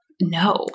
No